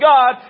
God